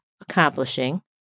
accomplishing